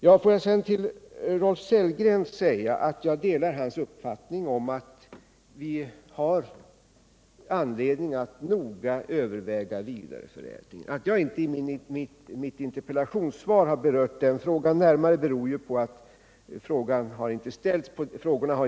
Jag vill till Rolf Sellgren säga att jag ansluter mig till hans uppfattning att vi har anledning att noga överväga vidareförädling. Att jag inte i mitt interpellationssvar berörde den frågan beror på formuleringen av de ställda frågorna.